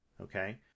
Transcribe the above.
Okay